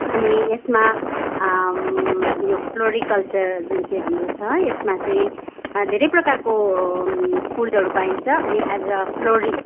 अनि यसमा यो फ्लोरिकल्चर जुन चाहिँ हाम्रो छ यसमा चाहिँ धेरै प्रकारको फुलहरू पाइन्छ अनि एज् अ फ्लोरिस्ट